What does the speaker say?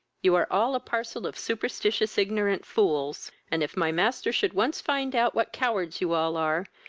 you are all a parcel of superstitious ignorant fools, and, if my master should once find out what cowards you all are,